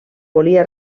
volia